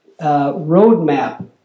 roadmap